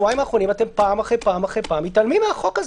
בשבועיים האחרונים אתם פעם אחרי פעם אחרי פעם מתעלמים מהחוק הזה.